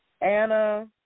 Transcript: Anna